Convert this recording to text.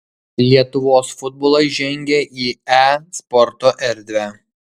lietuvos futbolas žengia į e sporto erdvę